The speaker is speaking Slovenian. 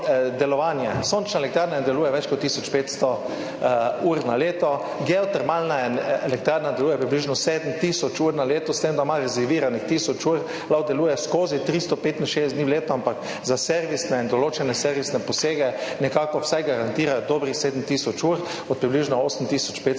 Sončna elektrarna ne deluje več kot tisoč 500 ur na leto, geotermalna elektrarna deluje približno 7 tisoč ur na leto, s tem da ima rezerviranih tisoč ur, lahko deluje skozi 365 dni v letu, ampak za določene servisne posege nekako vsaj garantirajo dobrih 7 tisoč ur od približno 8